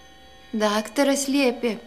daktaras liepė